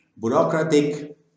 bureaucratic